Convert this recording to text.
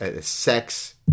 sex